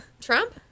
Trump